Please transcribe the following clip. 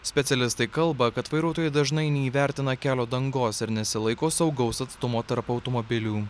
specialistai kalba kad vairuotojai dažnai neįvertina kelio dangos ir nesilaiko saugaus atstumo tarp automobilių